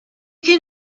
can